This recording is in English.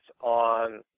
on